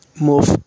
move